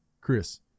Chris